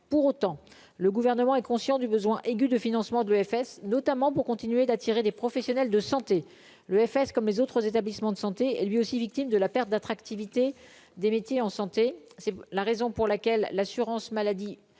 pour autant, le gouvernement est conscient du besoin aigu de financement de l'EFS notamment pour continuer d'attirer des professionnels de santé, l'EFS comme les autres établissements de santé, et lui aussi victime de la perte d'attractivité des métiers en santé, c'est la raison pour laquelle l'assurance maladie